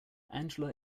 angela